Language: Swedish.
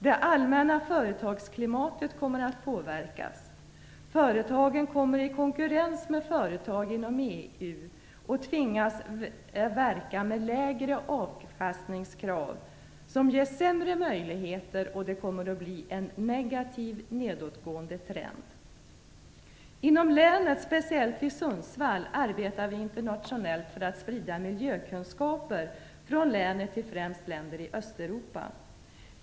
Det allmänna företagsklimatet kommer att påverkas - företagen kommer i konkurrens med företag inom EU att tvingas verka med lägre avkastningskrav, som ger sämre möjligheter, och det kommer att bli en negativ, nedåtgående trend. Inom länet, speciellt i Sundsvall, arbetar vi internationellt för att sprida miljökunskaper från länet till främst länder i Östeuropa.